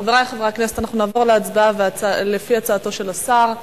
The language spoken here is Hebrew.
חברי חברי הכנסת, נעבור להצבעה, לפי הצעתו של השר,